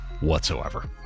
whatsoever